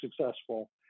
successful